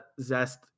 Zest